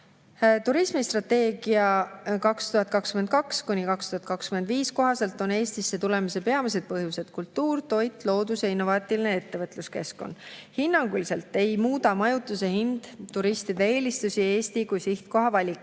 Turismistrateegia 2022–2025 kohaselt on Eestisse tulemise peamised põhjused kultuur, toit, loodus ja innovaatiline ettevõtluskeskkond. Hinnanguliselt ei muuda majutuse hind turistide eelistusi Eesti kui sihtkoha valikul.